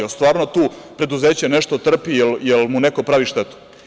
Jel stvarno tu preduzeće nešto trpi, jel mu neko pravi štetu.